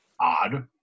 odd